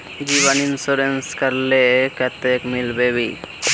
जीवन इंश्योरेंस करले कतेक मिलबे ई?